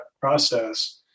process